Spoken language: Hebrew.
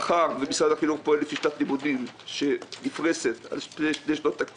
מאחר ומשרד החינוך פועל לפי שנת לימודים שנפרשת על פני שתי שנות תקציב,